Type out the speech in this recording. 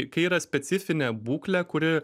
kai yra specifinė būklė kuri